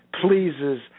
pleases